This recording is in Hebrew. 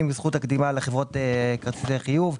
45 ימים, זכות הקדימה לחברות כרטיסי חיוב.